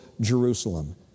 Jerusalem